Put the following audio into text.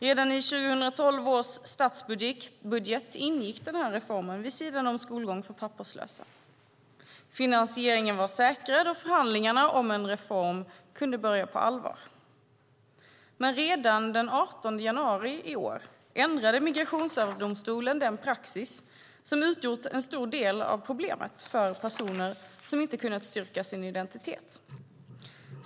Redan i 2012 års statsbudget ingick reformen vid sidan av skolgång för papperslösa. Finansieringen var säkrad och förhandlingarna om en reform kunde börja på allvar. Men redan den 18 januari i år ändrade Migrationsöverdomstolen den praxis som utgjort en stor del av problematiken för personer som inte kunnat styrka sin identitet.